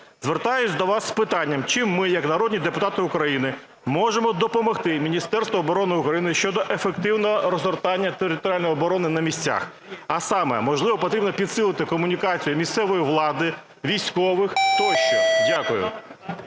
Звертаюся до вас з питанням. Чим ми як народні депутати України можемо допомогти Міністерству оборони України щодо ефективного розгортання територіальної оборони на місцях? А саме, можливо, потрібно підсилити комунікацію місцевої влади, військових тощо? Дякую.